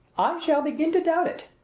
i shall begin to doubt it.